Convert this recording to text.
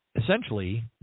Essentially